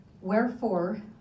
Wherefore